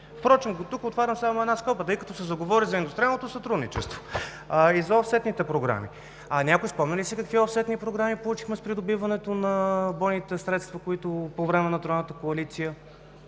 Впрочем, тук отварям само една скоба, тъй като се заговори за индустриалното сътрудничество и за офсетните програми. А някой спомня ли си какви офсетни програми получихме с придобиването на бойните средства по време на